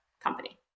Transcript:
company